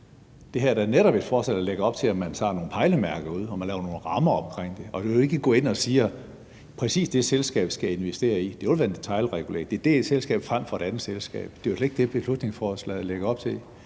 Det her er da netop et forslag, der lægger op til, at man tager nogle pejlemærker og laver nogle rammer omkring det. Det er jo ikke at gå ind og sige, at præcis det selskab skal de investere i. Det ville være en detailregulering: det ene selskab frem for et andet selskab. Det er slet ikke det, beslutningsforslaget lægger op til.